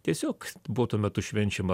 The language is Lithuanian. tiesiog buvo tuo metu švenčiama